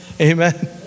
Amen